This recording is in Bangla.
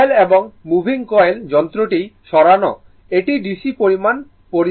কয়েল এবং মুভিং কয়েল যন্ত্রটি সরানো এটি DC পরিমাণ পরিমাপ করে